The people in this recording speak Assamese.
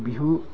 বিহু